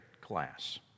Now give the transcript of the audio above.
class